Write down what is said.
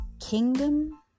Kingdom